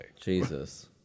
Jesus